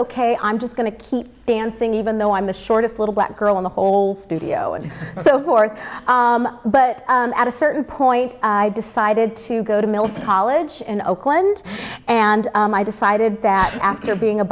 ok i'm just going to keep dancing even though i'm the shortest little black girl in the whole studio and so forth but at a certain point i decided to go to milton college in oakland and i decided that after being a